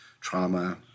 trauma